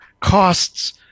costs